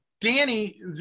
Danny